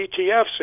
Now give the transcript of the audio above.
etfs